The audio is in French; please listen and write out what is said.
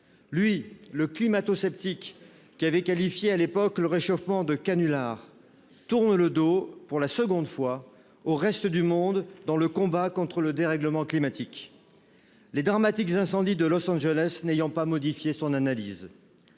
Ce climato sceptique, qui avait qualifié, à l’époque, le réchauffement climatique de « canular », tourne le dos, pour la seconde fois, au reste du monde, dans le combat contre le dérèglement climatique. Les dramatiques incendies de Los Angeles n’ont pas modifié son analyse.